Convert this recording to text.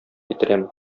китерәм